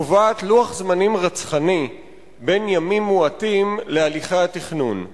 קובעת לוח זמנים רצחני בן ימים מועטים להליכי התכנון,